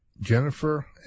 Jennifer